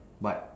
but